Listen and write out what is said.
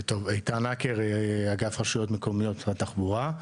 איתן הקר אגף רשויות מקומיות בתחבורה.